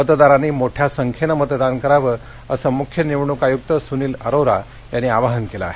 मतदारांनी मोठ्या संख्येनं मतदान करावं असं मुख्य निवडणूक आयुक्त सूनील अरोरा यांनी आवाहन केलं आहे